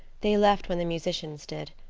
they left when the musicians did.